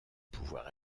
pouvoir